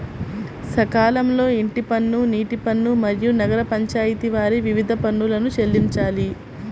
సకాలంలో ఇంటి పన్ను, నీటి పన్ను, మరియు నగర పంచాయితి వారి వివిధ పన్నులను చెల్లించాలి